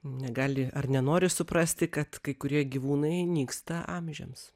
negali ar nenori suprasti kad kai kurie gyvūnai nyksta amžiams